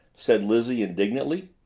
said lizzie indignantly.